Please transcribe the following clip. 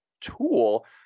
tool